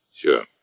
Sure